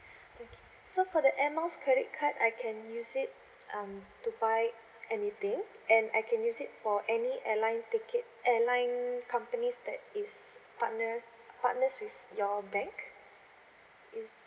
okay so for the air miles credit card I can use it um to buy anything and I can use it for any airline ticket airline companies that is partners partners with your bank is